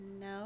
No